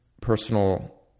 personal